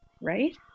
right